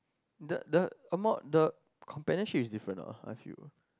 the the amount the companionship is different lah I feel